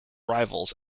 rivals